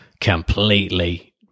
completely